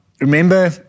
remember